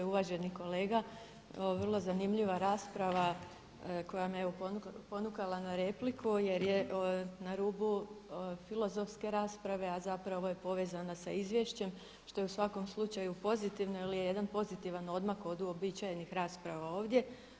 Uvaženi kolega, vrlo zanimljiva rasprava koja me ponukala na repliku jer je na rubu filozofske rasprave, a zapravo je povezana sa izvješćem, što je u svakom slučaju pozitivni jel je jedan pozitivan odmak od uobičajenih rasprava ovdje.